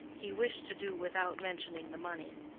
he wished to do without mentioning the money.